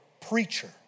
preacher